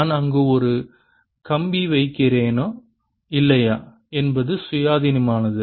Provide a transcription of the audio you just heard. நான் அங்கு ஒரு கம்பி வைக்கிறேனா இல்லையா என்பது சுயாதீனமாகிறது